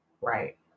Right